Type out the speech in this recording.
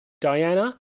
Diana